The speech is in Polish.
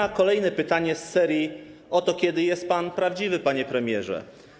Zadam kolejne pytanie z serii tych o to, kiedy jest pan prawdziwy, panie premierze.